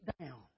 down